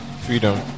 Freedom